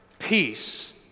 Peace